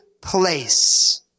place